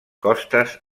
costes